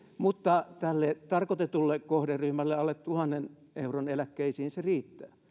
mutta tälle tarkoitetulle kohderyhmälle alle tuhannen euron eläkkeisiin se riittää